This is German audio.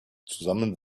zusammen